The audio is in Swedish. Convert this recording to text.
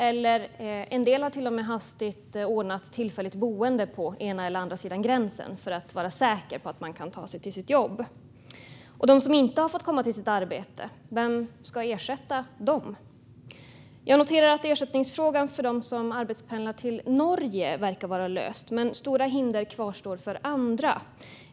En del har till och med hastigt ordnat tillfälligt boende på ena eller andra sidan gränsen för att vara säkra på att kunna ta sig till jobbet. De som inte har fått komma till sitt arbete, vem ska ersätta dem? Jag noterar att ersättningsfrågan för dem som arbetspendlar till Norge verkar vara löst, men stora hinder kvarstår för andra.